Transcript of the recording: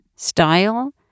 Style